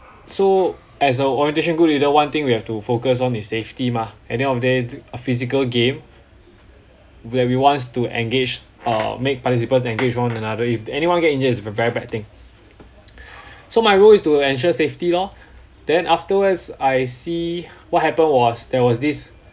so as a orientation group leader one thing we have to focus on is safety mah and at the end of the day a physical game where we wants to engage uh make participants engage one another if anyone get injured it's a very bad thing so my role is to ensure safety lor then afterwards I see what happened was there was this